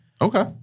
Okay